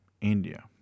India